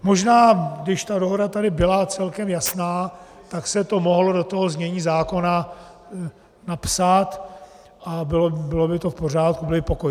Možná když ta dohoda tady byla celkem jasná, tak se to mohlo do toho znění zákona napsat a bylo by to v pořádku, byl by pokoj.